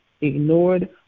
ignored